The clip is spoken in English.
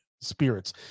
spirits